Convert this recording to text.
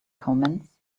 comments